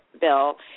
bill